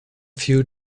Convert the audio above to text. few